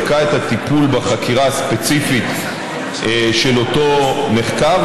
בדקה את הטיפול בחקירה הספציפית של אותו נחקר,